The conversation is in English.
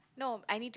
no I need to